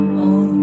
on